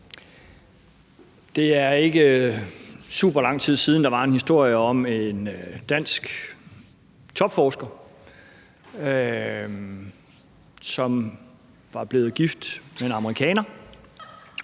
Det er ikke superlang tid siden, der var en historie om en dansk topforsker, som var blevet gift med en amerikaner.